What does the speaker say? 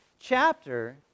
chapter